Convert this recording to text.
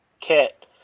kit